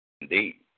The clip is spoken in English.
Indeed